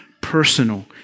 personal